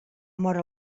mor